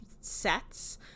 sets